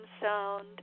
sound